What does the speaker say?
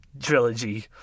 trilogy